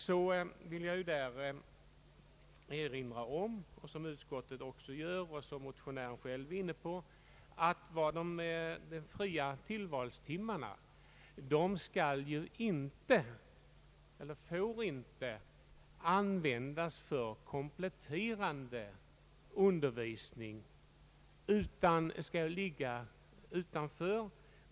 Där vill jag erinra om, vilket utskottet också gör och motionärerna själva är inne på, att de fria tillvalstimmarna inte får användas för kompletterande undervisning utan är avsedda för annan verksamhet.